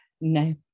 No